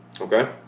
Okay